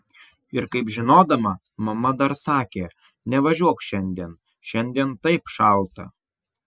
ir kaip žinodama mama dar sakė nevažiuok šiandien šiandien taip šalta